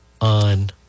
on